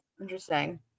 Interesting